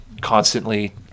constantly